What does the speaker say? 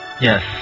Yes